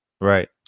right